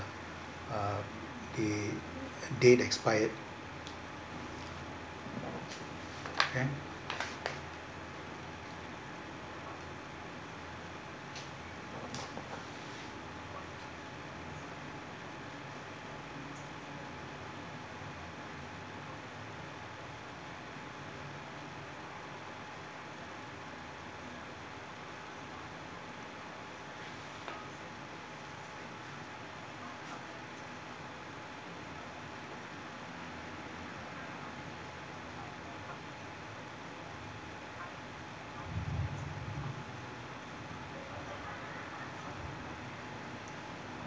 uh eh date expired can